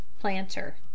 Planter